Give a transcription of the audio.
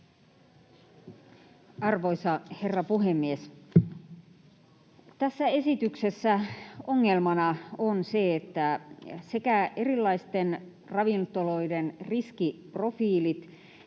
Arvoisa herra puhemies! Tässä esityksessä ongelmana on se, että sekä erilaisten ravintoloiden riskiprofiilit